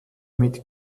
mit